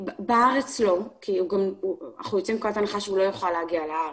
בארץ לא כי אנחנו יוצאים מנקודת הנחה שהוא לא יוכל להגיע לארץ.